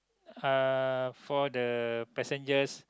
uh for the passengers